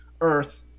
earth